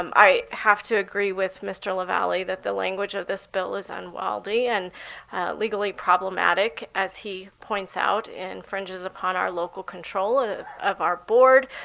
um i have to agree with mr. lavalley that the language of this bill is unweildy and legally problematic. as he points out, it infringes upon our local control of our board.